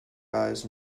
eyes